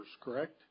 correct